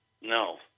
no